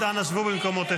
אנא שבו במקומותיכם.